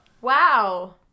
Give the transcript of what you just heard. wow